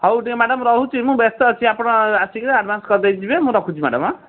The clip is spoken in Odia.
ହଉ ଟିକିଏ ମ୍ୟାଡ଼ମ୍ ରହୁଛି ମୁଁ ବ୍ୟସ୍ତ ଅଛି ଆପଣ ଆସିକିନା ଆଡ଼୍ଭାନ୍ସ୍ କରିଦେଇକି ଯିବେ ରଖୁଛି ମ୍ୟାଡ଼ମ୍ ଆଁ